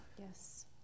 Yes